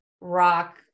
rock